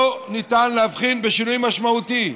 לא ניתן להבחין בשינוי משמעותי.